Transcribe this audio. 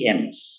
M's